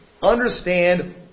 understand